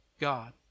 God